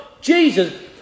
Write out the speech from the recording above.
Jesus